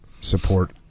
support